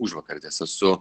užvakar tiesa su